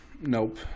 Nope